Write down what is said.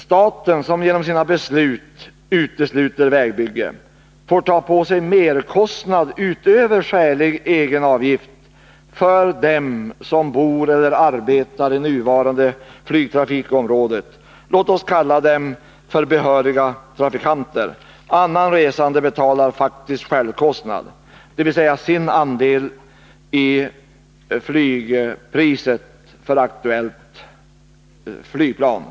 Staten, som genom sina beslut utesluter vägbygge här, får ta på sig merkostnaden, alltså kostnaden utöver skälig egenavgift, för dem som bor eller arbetar i det nuvarande flygtrafikområdet — låt oss kalla dem ”behöriga trafikanter”. Annan resande betalar faktisk självkostnad, dvs. sin andel av flygpriset för aktuellt flygplan.